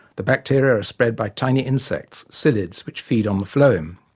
the bacteria are spread by tiny insects, psyllids, which feed on the phloem,